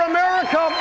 America